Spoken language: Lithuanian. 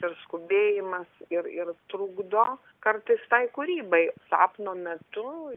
ir skubėjimas ir ir trukdo kartais tai kūrybai sapno metu